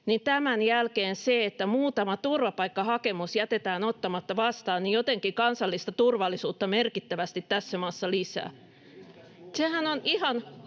tämän jälkeen se, että muutama turvapaikkahakemus jätetään ottamatta vastaan, jotenkin kansallista turvallisuutta merkittävästi tässä maassa lisää.